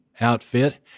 outfit